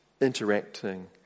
interacting